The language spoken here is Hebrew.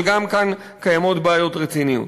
אבל גם כאן קיימות בעיות רציניות.